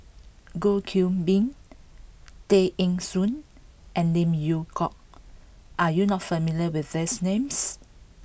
Goh Qiu Bin Tay Eng Soon and Lim Yew Hock are you not familiar with these names